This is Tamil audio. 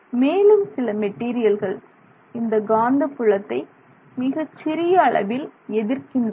மேலும் சில மெட்டீரியல்கள் இந்த காந்த புலத்தை மிகச்சிறிய அளவில் எதிர்க்கின்றன